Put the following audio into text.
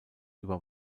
über